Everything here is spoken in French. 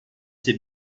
c’est